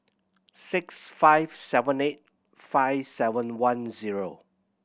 six five seven eight five seven one zero